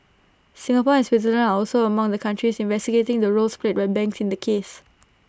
Singapore and Switzerland are also among the countries investigating the roles played by banks in the case